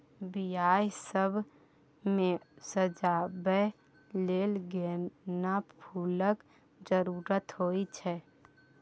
बियाह सब मे सजाबै लेल गेना फुलक जरुरत होइ छै